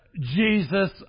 Jesus